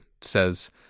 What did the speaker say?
says